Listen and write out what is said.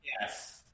Yes